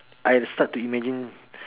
I start to imagine